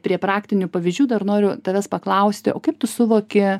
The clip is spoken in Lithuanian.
prie praktinių pavyzdžių dar noriu tavęs paklausti o kaip tu suvoki